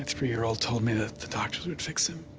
three yr old told me that the doctors would fix him.